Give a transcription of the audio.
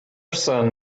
son